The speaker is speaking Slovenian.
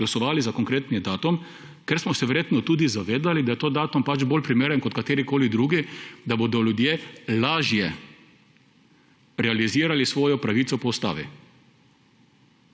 glasovali za konkreten datum, ker smo se verjetno tudi zavedali, da je ta datum pač bolj primeren kot katerikoli drugi, da bodo ljudje lažje realizirali svojo pravico po Ustavi.